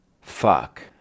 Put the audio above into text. fuck